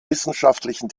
wissenschaftlichen